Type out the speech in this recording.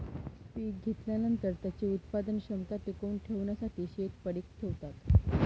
पीक घेतल्यानंतर, त्याची उत्पादन क्षमता टिकवून ठेवण्यासाठी शेत पडीक ठेवतात